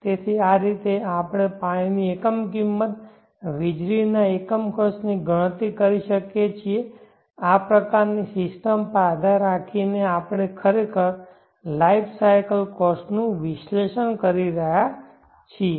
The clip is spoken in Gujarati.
તેથી આ રીતે આપણે પાણીની એકમ કિંમત વીજળીના એકમ ખર્ચની ગણતરી કરી શકીએ છીએ કે આ પ્રકારની સિસ્ટમ પર આધાર રાખીને કે આપણે ખરેખર લાઈફ સાયકલ કોસ્ટ નું વિશ્લેષણ કરી રહ્યા છીએ